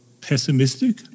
pessimistic